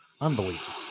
unbelievable